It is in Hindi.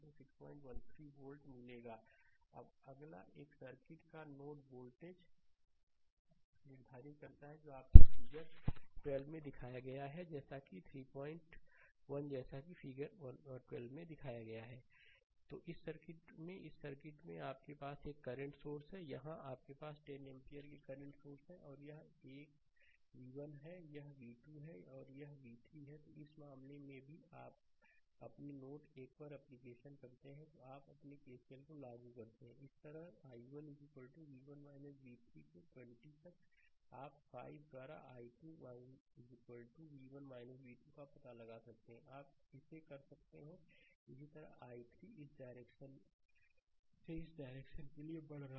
स्लाइड समय देखें 2919 अब अगला एक सर्किट का नोड वोल्टेज निर्धारित करता है जैसा कि आपके फिगर 12 में दिखाया गया है कि 312 जैसा कि फिगर 12 में दिखाया गया है तो इस सर्किट में इस सर्किट में आपके पास एक करंट सोर्स है यहां आपके पास 10 एम्पीयर के करंट सोर्स हैं और यह है कि यह v1 है यह v2 है और यह v 3 है तो इस मामले में भी आप अपने नोड 1 पर एप्लीकेशन करते हैं आप अपने केसीएल को लागू करते हैं और इसी तरह i1 v1 v 3 को 20 तक आप 5 द्वारा i2 v1 v2 का पता लगा सकते हैं आप इसे कर सकते हैं इसी तरह i3 इस डायरेक्शन से इस डायरेक्शन के लिए बढ़ रहा है